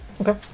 Okay